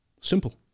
simple